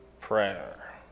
prayer